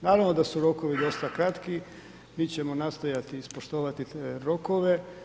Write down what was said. Naravno da su rokovi dosta kratki, mi ćemo nastojati ispoštovati te rokove.